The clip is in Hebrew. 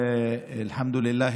אלחמדולילה,